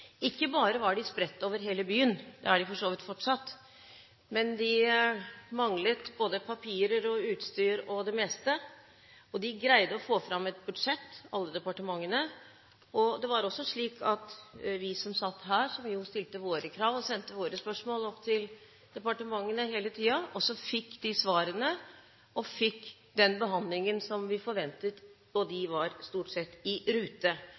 Ikke bare var de spredt over hele byen – det er de for så vidt fortsatt – men de manglet både papirer, utstyr og det meste, og alle departementene greide å få fram et budsjett. Vi som satt her, som stilte våre krav og sendte våre spørsmål opp til departementene hele tiden, fikk også de svarene og den behandlingen som vi forventet, og de var stort sett i rute.